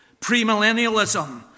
premillennialism